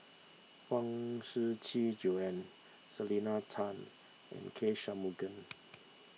Huang Shiqi Joan Selena Tan and K Shanmugam